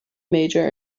major